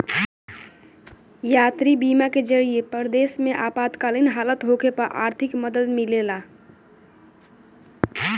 यात्री बीमा के जरिए परदेश में आपातकालीन हालत होखे पर आर्थिक मदद मिलेला